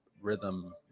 rhythm